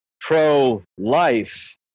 pro-life